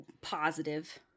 positive